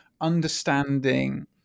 understanding